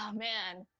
um man.